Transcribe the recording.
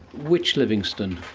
which livingstone?